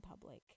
public